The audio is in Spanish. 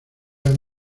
aves